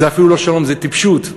זה אפילו לא שלום, זה טיפשות,